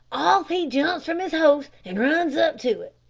off he jumps from his horse an runs up to it.